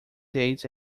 days